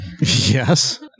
Yes